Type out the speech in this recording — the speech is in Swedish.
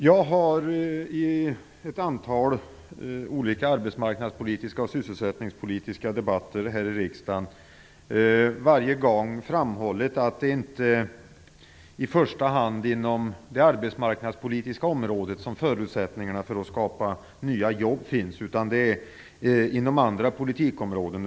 Jag har i ett antal olika arbetsmarknads och sysselsättningspolitiska debatter här i riksdagen framhållit att det inte i första hand är inom det arbetsmarknadspolitiska området som förutsättningarna för att skapa nya jobb finns utan inom andra politikområden.